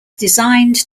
designed